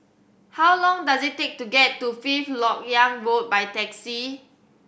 how long does it take to get to Fifth Lok Yang Road by taxi